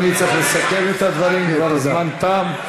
אדוני צריך לסכם את הדברים, הזמן תם.